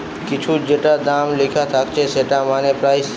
কিছুর যেটা দাম লিখা থাকছে সেটা মানে প্রাইস